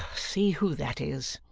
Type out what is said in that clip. see who that is.